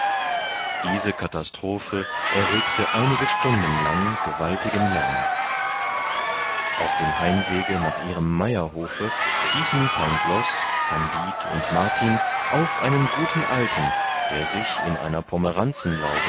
diese katastrophe erregte einige stunden lang gewaltigen lärm auf dem heimwege nach ihrem meierhofe stießen pangloß kandid und martin auf einen guten alten der sich in einer